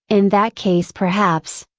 in that case perhaps,